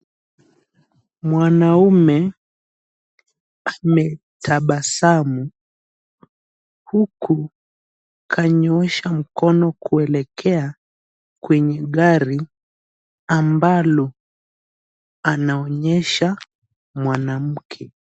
Mwanaume ametabasamu huku kanyoosha mkono kuelekea kwenye gari ambalo anaonyesha mwanamke.